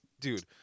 dude